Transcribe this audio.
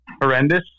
horrendous